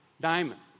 diamond